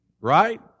right